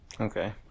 Okay